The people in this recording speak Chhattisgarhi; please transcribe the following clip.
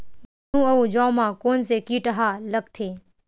गेहूं अउ जौ मा कोन से कीट हा लगथे?